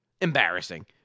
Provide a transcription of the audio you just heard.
embarrassing